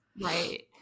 Right